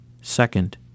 Second